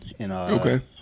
Okay